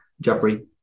Jeffrey